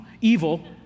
evil